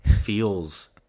feels